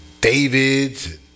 David's